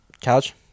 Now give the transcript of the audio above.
couch